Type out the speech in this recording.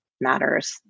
matters